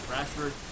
Rashford